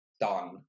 done